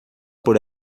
por